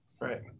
Right